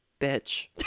bitch